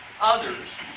others